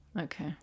Okay